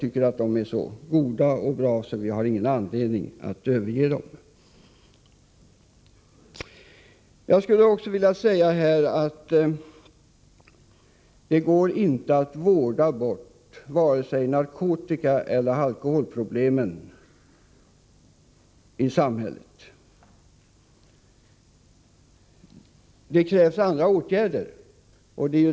Dessa är så bra att vi inte har någon anledning att överge dem. Jag skulle också vilja säga att det inte går att vårda bort vare sig narkotikaeller alkoholproblemen i samhället. Det krävs andra åtgärder.